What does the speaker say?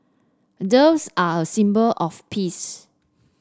doves are a symbol of peace